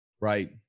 Right